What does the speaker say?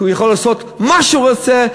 הוא יכול לעשות מה שהוא רוצה,